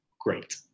great